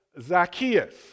Zacchaeus